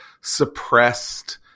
suppressed